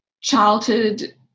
childhood